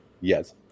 yes